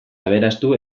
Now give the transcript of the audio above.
aberastu